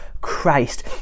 Christ